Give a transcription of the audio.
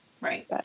Right